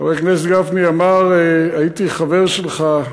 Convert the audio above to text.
חבר הכנסת גפני אמר: הייתי חבר שלך.